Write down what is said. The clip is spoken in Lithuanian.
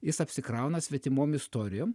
jis apsikrauna svetimom istorijom